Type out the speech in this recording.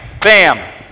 bam